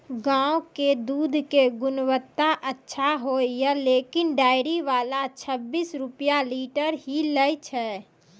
गांव के दूध के गुणवत्ता अच्छा होय या लेकिन डेयरी वाला छब्बीस रुपिया लीटर ही लेय छै?